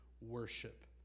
worship